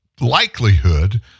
likelihood